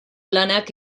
lanak